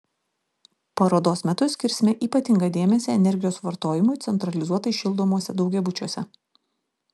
parodos metu skirsime ypatingą dėmesį energijos vartojimui centralizuotai šildomuose daugiabučiuose